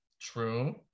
True